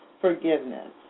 forgiveness